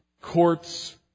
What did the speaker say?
courts